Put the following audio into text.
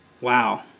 Wow